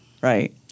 Right